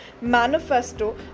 manifesto